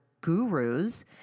gurus